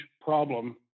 problem